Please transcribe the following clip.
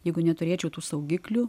jeigu neturėčiau tų saugiklių